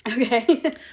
Okay